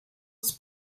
was